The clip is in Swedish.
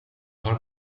har